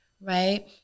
right